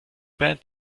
band